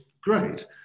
great